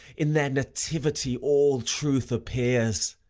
in their nativity all truth appears.